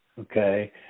okay